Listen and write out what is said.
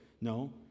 No